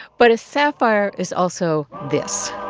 but a sapphire is also this